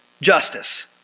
justice